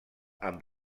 amb